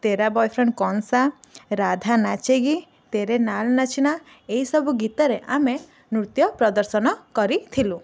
ତେରା boyfriend କୌନ୍ ସା ରାଧା ନାଚେଗି ତେରେ ନାଲ ନଚନା ଏଇ ସବୁ ଗୀତରେ ଆମେ ନୃତ୍ୟ ପ୍ରଦର୍ଶନ କରିଥିଲୁ